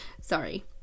sorry